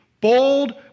bold